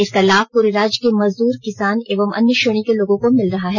इसका लाभ पूरे राज्य के मजदूर किसान एवं अन्य श्रेणी के लोगों को मिल रहा है